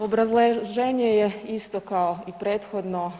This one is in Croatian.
Obrazloženje je isto kao i prethodno.